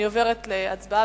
אני עוברת להצבעה.